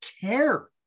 care